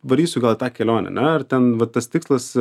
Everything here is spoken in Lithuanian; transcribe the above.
varysiu gal į tą kelionę ane ir ten va tas tikslas